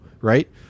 right